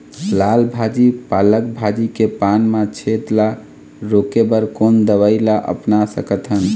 लाल भाजी पालक भाजी के पान मा छेद ला रोके बर कोन दवई ला अपना सकथन?